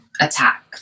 attack